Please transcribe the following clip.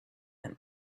and